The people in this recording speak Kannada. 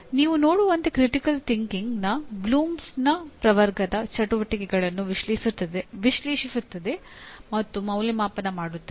ನೀವು ನೋಡುವಂತೆ ಕ್ರಿಟಿಕಲ್ ಥಿಂಕಿಂಗ್ನ ಬ್ಲೂಮ್ಸ್ನ ಪ್ರವರ್ಗದ ಚಟುವಟಿಕೆಗಳನ್ನು ವಿಶ್ಲೇಷಿಸುತ್ತದೆ ಮತ್ತು ಮೌಲ್ಯಮಾಪನ ಮಾಡುತ್ತದೆ